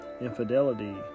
infidelity